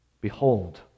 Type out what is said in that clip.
Behold